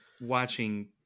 watching